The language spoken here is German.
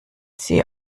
sie